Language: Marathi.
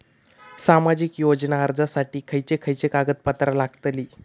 सामाजिक योजना अर्जासाठी खयचे खयचे कागदपत्रा लागतली?